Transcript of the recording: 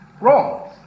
wrong